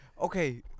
Okay